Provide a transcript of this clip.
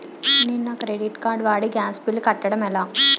నేను నా credit card వాడి గ్యాస్ బిల్లు కట్టడం ఎలా?